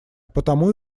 потому